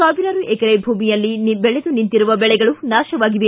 ಸಾವಿರಾರು ಎಕರೆ ಭೂಮಿಯಲ್ಲಿ ಬೆಳೆದು ನಿಂತಿರುವ ಬೆಳೆಗಳು ನಾಶವಾಗಿವೆ